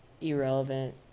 irrelevant